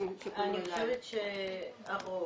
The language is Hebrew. אני חושבת שהרוב.